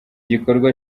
gikorwa